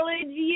college